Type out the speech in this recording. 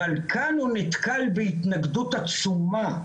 אבל כאן הוא נתקל בהתנגדות עצומה,